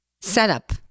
setup